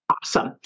Awesome